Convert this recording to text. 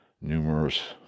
numerous